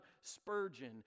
Spurgeon